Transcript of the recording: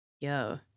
Yo